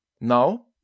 Now